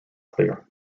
clear